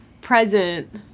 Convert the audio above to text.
present